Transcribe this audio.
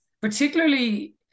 particularly